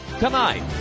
Tonight